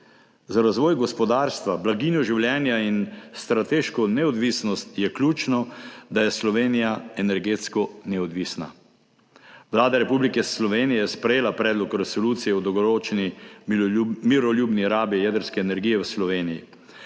Za razvoj gospodarstva, blaginjo življenja in strateško neodvisnost je ključno, da je Slovenija energetsko neodvisna. Vlada Republike Slovenije je sprejela Predlog resolucije o dolgoročni miroljubni rabi jedrske energije v Sloveniji.